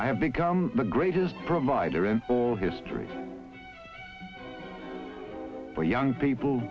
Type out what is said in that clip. i have become the greatest provider in all history for young people